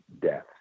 death